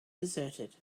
deserted